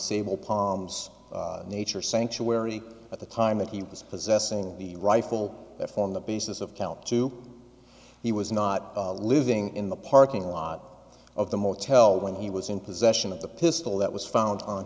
sable palms nature sanctuary at the time that he was possessing the rifle that form the basis of count two he was not living in the parking lot of the motel when he was in possession of the pistol that was found on